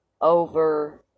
over